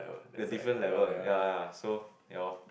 we different level eh ya ya ya so you'll